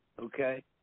Okay